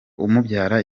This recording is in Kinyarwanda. umubyara